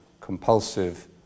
compulsive